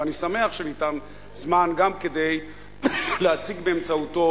ואני שמח שניתן זמן גם כדי להציג באמצעותו